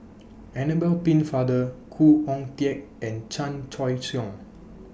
Annabel Pennefather Khoo Oon Teik and Chan Choy Siong